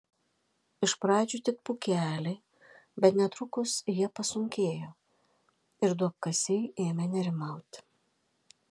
iš pradžių tik pūkeliai bet netrukus jie pasunkėjo ir duobkasiai ėmė nerimauti